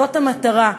זאת המטרה,